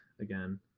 again